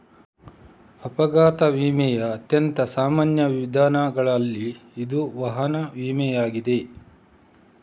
ಅಪಘಾತ ವಿಮೆಯ ಅತ್ಯಂತ ಸಾಮಾನ್ಯ ವಿಧಗಳಲ್ಲಿ ಇಂದು ವಾಹನ ವಿಮೆಯಾಗಿದೆ